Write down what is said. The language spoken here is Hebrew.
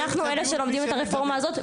אנחנו אלה שלומדים ברפורמה הזאת.